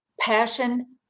passion